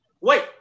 Wait